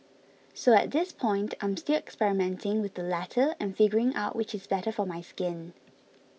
so at this point I'm still experimenting with the latter and figuring out which is better for my skin